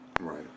Right